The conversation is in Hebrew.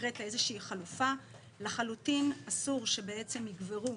הקראת איזה שהיא חלופה, לחלוטין אסור שבעצם יגברו